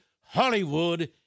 Hollywood